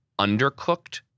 undercooked